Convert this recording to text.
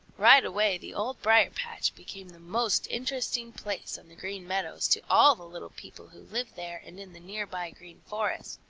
right away the old briar-patch became the most interesting place on the green meadows to all the little people who live there and in the near-by green forest.